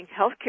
healthcare